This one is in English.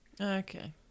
Okay